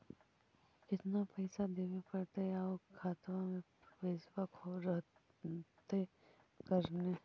केतना पैसा देबे पड़तै आउ खातबा में पैसबा रहतै करने?